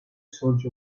sorge